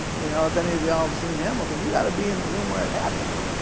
you know, if any of you all have seen hamilton, you've gotta be in the room where it happens.